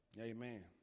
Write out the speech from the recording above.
Amen